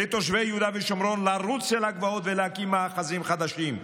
לתושבי יהודה ושומרון לרוץ אל הגבעות ולהקים מאחזים חדשים,